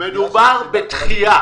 מדובר בדחייה.